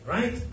Right